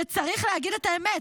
שצריך להגיד את האמת,